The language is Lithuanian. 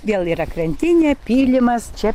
vėl yra krantinė pylimas čia